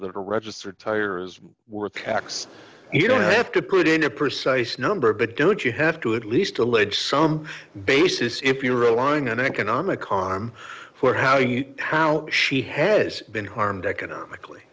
are registered tires were taxed you don't have to put in a precise number but don't you have to at least allege some basis if you're relying on economic harm for how you how she has been harmed economically